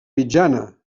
mitjana